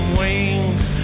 wings